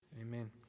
amen